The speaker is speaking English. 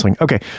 Okay